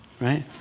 right